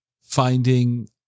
finding